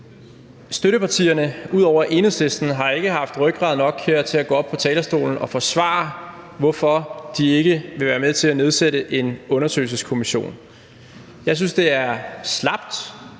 Støttepartierne, ud over Enhedslisten, har ikke haft rygrad nok her til at gå op på talerstolen og forsvare, hvorfor de ikke vil være med til at nedsætte en undersøgelseskommission. Jeg synes, det er slapt,